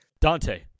Dante